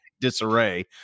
disarray